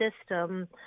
system